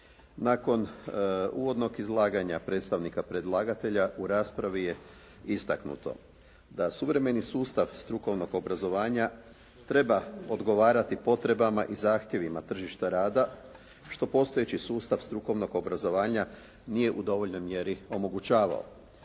Nakon uvodnog izlaganja predstavnika predlagatelja u raspravi je istaknuto, da suvremeni sustav strukovnog obrazovanja treba odgovarati potrebama i zahtjevima tržišta rada, što postojeći sustav strukovnog obrazovanja nije u dovoljnoj mjeri omogućavao.